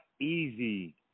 easy